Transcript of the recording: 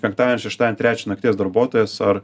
penktadienį šeštadienį trečią nakties darbuotojas ar